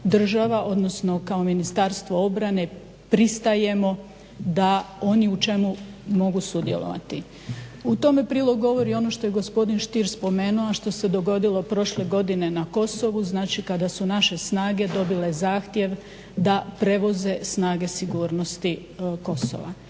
odnosno kao Ministarstvo obrane pristajemo da oni u čemu mogu sudjelovati. U tome prilog govori ono što je gospodin Štir spomenuo a što se dogodilo prošle godine na Kosovu, znači kada su naše snage dobile zahtjev da prevoze snage sigurnosti Kosova.